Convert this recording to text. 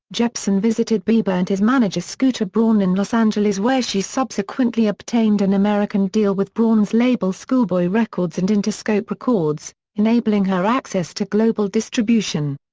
jepsen visited bieber and his manager scooter braun in los angeles where she subsequently obtained an american deal with braun's label school boy records and interscope records, enabling her access to global distribution.